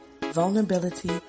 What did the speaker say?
vulnerability